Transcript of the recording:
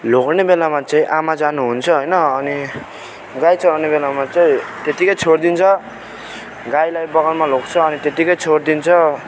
ल्याउने बेलामा चाहिँ आमा जानु हुन्छ होइन अनि गाई चराउने बेलामा चाहिँ त्यतिकै छोडिदिन्छ गाईलाई बगानमा लान्छ अनि त्यतिकै छोडिदिन्छ